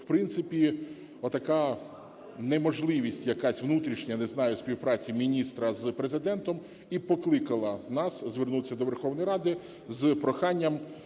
в принципі, отака неможливість якась внутрішня, не знаю, співпраці міністра з Президентом і покликала нас звернутися до Верховної Ради з проханням